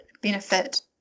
benefit